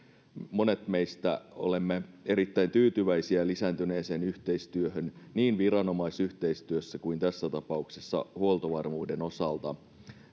monet meistä ovat erittäin tyytyväisiä lisääntyneeseen yhteistyöhön niin viranomaisyhteistyössä kuin tässä tapauksessa huoltovarmuuden osalta